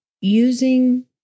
using